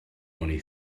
only